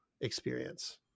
experience